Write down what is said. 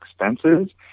expenses